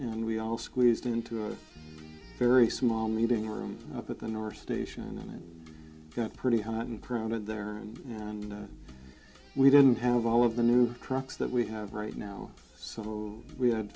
and we all squeezed into a very small meeting room at the north station and then it got pretty hot and crowded there and and we didn't have all of the new trucks that we have right now so we had